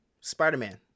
Spider-Man